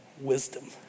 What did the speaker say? wisdom